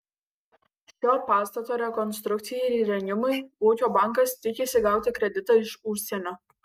šio pastato rekonstrukcijai ir įrengimui ūkio bankas tikisi gauti kreditą iš užsienio